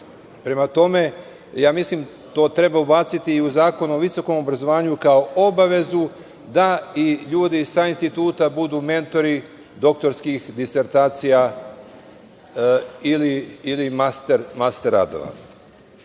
Prema tome, mislim da to treba ubaciti i u Zakon o visokom obrazovanju, kao obavezu da i ljudi sa instituta budu mentori doktorskih disertacija ili master radova.